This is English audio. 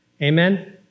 Amen